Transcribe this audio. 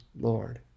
Lord